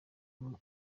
avamo